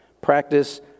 practice